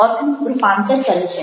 અર્થનું રૂપાંતર કરે છે